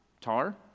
Tar